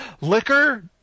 Liquor